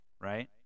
right